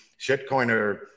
shitcoiner